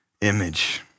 image